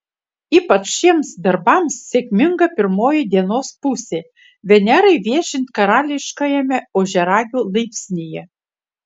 ypač šiems darbams sėkminga pirmoji dienos pusė venerai viešint karališkajame ožiaragio laipsnyje